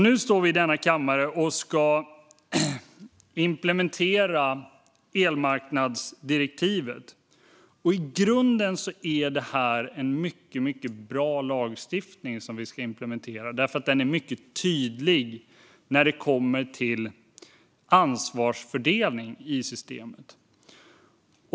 Nu står vi i denna kammare och debatterar implementering av elmarknadsdirektivet. I grunden är det en mycket bra lagstiftning som vi ska implementera, för den är väldigt tydlig när det kommer till ansvarsfördelningen i systemet.